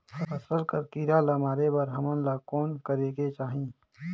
फसल कर कीरा ला मारे बर हमन ला कौन करेके चाही?